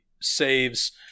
saves